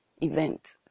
event